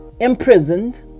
imprisoned